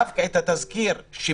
הממשלה לא מביאה דווקא את התזכיר שמקל